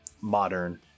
modern